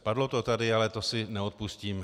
Padlo to tady, ale to si neodpustím.